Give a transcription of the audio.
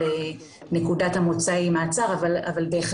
וכששאלו למה אמרו